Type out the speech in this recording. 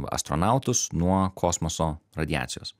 astronautus nuo kosmoso radiacijos